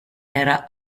era